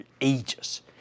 ages